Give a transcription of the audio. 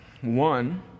One